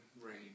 rain